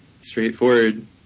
straightforward